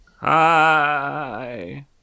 Hi